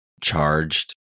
charged